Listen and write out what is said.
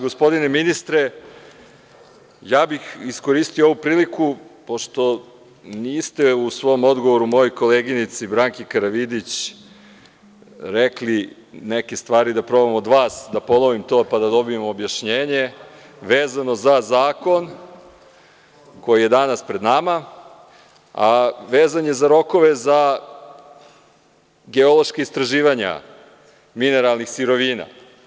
Gospodine ministre, iskoristio bih ovu priliku, pošto niste u svom odgovoru mojoj koleginici Branki Karavidić rekli neke stvari, pa da probam od vas da ponovim to, pa da dobijem objašnjenje, vezano za zakon koji je danas pred nama, a vezan je za rokove, za geološka istraživanja mineralnih sirovina.